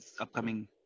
upcoming